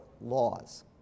laws